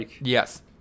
Yes